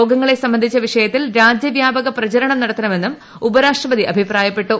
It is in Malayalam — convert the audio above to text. രോഗങ്ങളെ സംബന്ധിച്ച വിഷയത്തിൽ രാജ്യവൃാപക പ്രചരണം നടത്തണമെന്നും ഉപരാഷ്ട്രപതി അഭിപ്രായപ്പെട്ടു